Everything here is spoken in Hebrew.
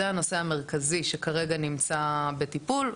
זה הנושא המרכזי שכרגע נמצא בטיפול.